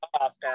off